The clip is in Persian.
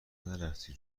نرفتی